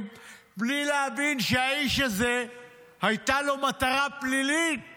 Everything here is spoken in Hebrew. בלי להבין שלאיש הזה הייתה מטרה פלילית